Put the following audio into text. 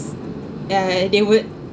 uh they would